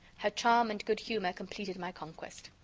her charm and good-humor completed my conquest.